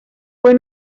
fue